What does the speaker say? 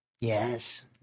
Yes